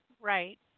Right